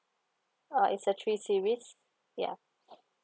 uh it's a three series ya